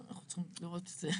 אנחנו צריכים לראות את זה.